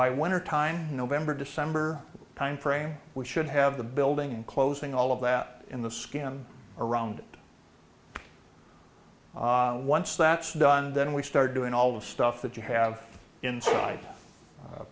by wintertime november december timeframe we should have the building and closing all of that in the skim around once that's done then we start doing all the stuff that you have inside